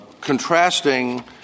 contrasting